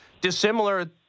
dissimilar